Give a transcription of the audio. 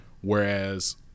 Whereas